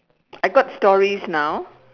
I got stories now